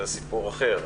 זה סיפור אחר,